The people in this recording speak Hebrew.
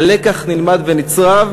הלקח נלמד ונצרב,